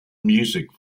music